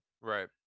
Right